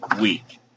week